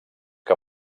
que